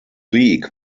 league